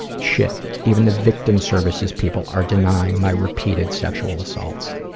shit. even the victim services people are denying my repeated sexual assaults.